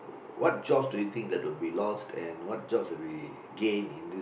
what jobs do you think that will be lost and what jobs will be gained in this